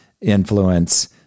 influence